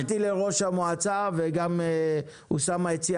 אני הבטחתי לראש המועצה וגם אוסאמה הציע